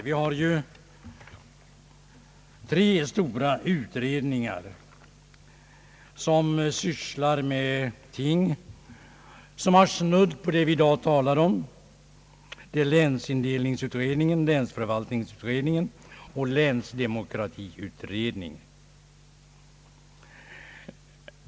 Det gäller tre stora utredningar som snuddar vid vad vi i dag talar om: länsindelningsutredningen, länsförvaltningsutredningen och länsdemokratiutredningen.